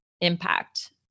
impact